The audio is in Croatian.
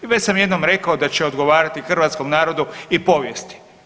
I već sam jednom rekao da će odgovarati hrvatskom narodu i povijesti.